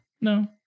No